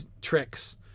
tricks